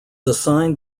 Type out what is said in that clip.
assigned